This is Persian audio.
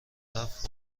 رفت